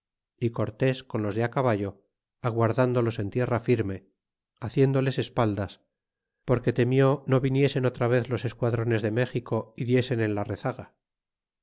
y cortés con los de á caba aguardándolos en tierra firme haciéndoles espaldas porque temió no viniesen otra vez los esquadrones de méxico y diesen en la rezaga